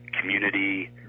Community